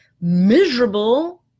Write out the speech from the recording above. miserable